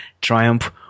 triumph